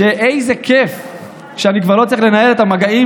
ואיזה כיף שאני כבר לא צריך לנהל את המגעים